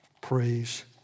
Praise